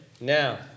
Now